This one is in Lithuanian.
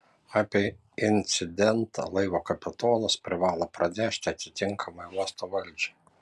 apie incidentą laivo kapitonas privalo pranešti atitinkamai uosto valdžiai